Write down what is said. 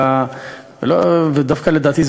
לדעתי,